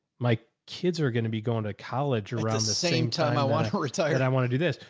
my kids are going to be going to college around the same time i want to retire. that i want to do this,